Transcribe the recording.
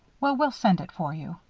well, we'll send it for you.